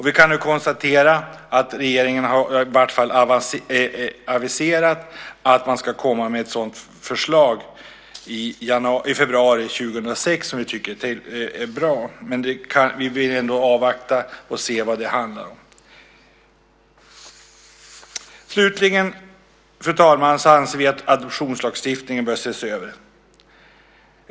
Vi kan konstatera att regeringen har aviserat att man ska komma med ett sådant förslag i februari 2006. Vi tycker att det är bra. Vi vill avvakta och se vad det handlar om. Slutligen anser vi att adoptionslagstiftningen bör ses över.